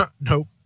Nope